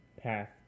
path